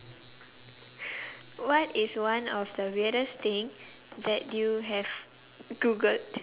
what is one of the weirdest thing that you have googled